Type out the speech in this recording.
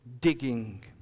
digging